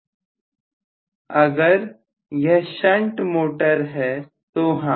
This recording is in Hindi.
प्रोफेसर अगर यह शंट मोटर है तो हाँ